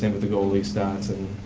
and with the goalie stats. and